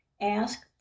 Ask